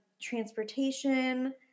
transportation